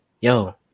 Yo